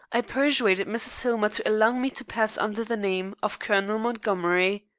i persuaded mrs. hillmer to allow me to pass under the name of colonel montgomery.